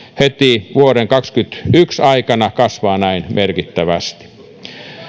heti vuoden kaksituhattakaksikymmentäyksi aikana kasvaa näin merkittävästi